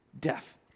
death